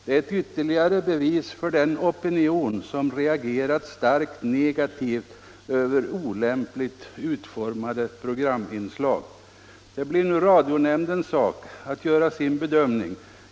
Det är ytterligare ett bevis för den opinion som reagerat starkt negativt över olämpligt utformade programinslag. Det blir nu radionämndens sak att göra sin bedömning.